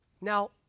Now